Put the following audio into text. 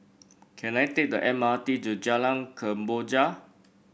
can I take the M R T to Jalan Kemboja